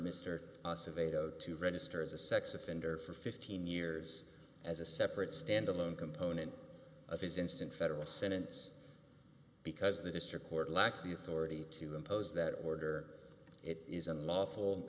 go to register as a sex offender for fifteen years as a separate stand alone component of his instant federal sentence because the district court lacked the authority to impose that order it is unlawful